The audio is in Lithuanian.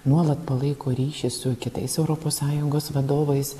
nuolat palaiko ryšį su kitais europos sąjungos vadovais